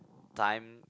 time